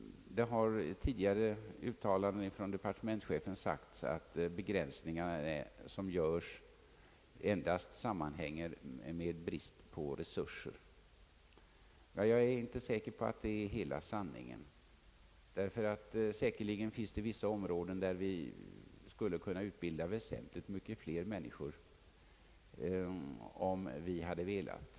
Departementschefen har tidigare uttalat att de begränsningar som görs enbart sammanhänger med brist på resurser. Jag är inte säker på att det är hela sanningen, ty säkerligen finns det områden där vi skulle kunna utbilda väsentligt flera människor, om vi hade velat.